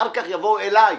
אחר כך יבואו אליי,